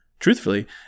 Truthfully